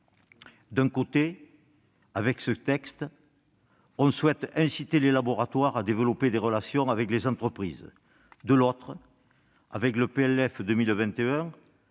D'un côté, avec ce texte, on souhaite inciter les laboratoires à développer des relations avec les entreprises. De l'autre, avec le projet